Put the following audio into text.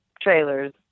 trailers